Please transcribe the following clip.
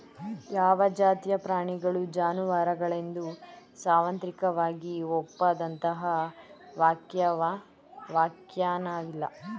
ಯಾವ ಜಾತಿಯ ಪ್ರಾಣಿಗಳು ಜಾನುವಾರುಗಳೆಂದು ಸಾರ್ವತ್ರಿಕವಾಗಿ ಒಪ್ಪಿದಂತಹ ವ್ಯಾಖ್ಯಾನವಿಲ್ಲ